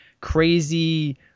crazy